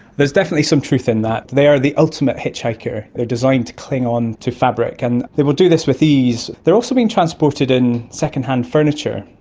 there's definitely some truth in that. they are the ultimate hitchhiker, they are designed to cling onto fabric, and they will do this with ease. they are also being transported in secondhand furniture.